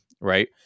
right